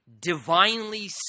divinely